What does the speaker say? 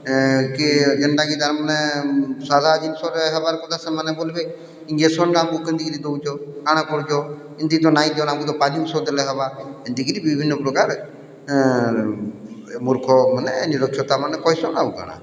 କି ଜେଣ୍ଟାକି ତାର୍ମାନେ ସାଧା ଜିନିଷରେ ହେବାର୍କଥା ସେମାନେ ବଲ୍ବେ ଇଞ୍ଜେକ୍ସନ୍ଟା କେନ୍ତି କିରି ଦଉଚ କାଣା କରୁଚ ଏନ୍ତି ତ ନାଇଁ ଦିଅନ୍ ଆମୁକୁ ତ ପାନି ଉଷୋ ଦେଲେ ହେବା ଏନ୍ତିକିରି ବିଭିନ୍ନପ୍ରକାର ମୂର୍ଖମାନେ ନିରକ୍ଷର ତାର୍ମାନେ କହେସନ୍ ଆଉ କାଣା